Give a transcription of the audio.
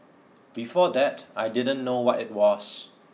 before that I didn't know what it was